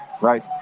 Right